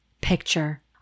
picture